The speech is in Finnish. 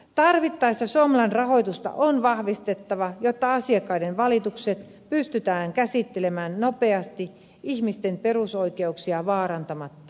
tarvittaessa somlan rahoitusta on vahvistettava jotta asiakkaiden valitukset pystytään käsittelemään nopeasti ihmisten perusoikeuksia vaarantamatta